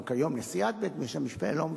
או כיום נשיאת בית-המשפט העליון,